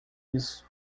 isso